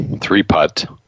three-putt